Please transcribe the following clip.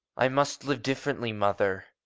i must live differently, mother.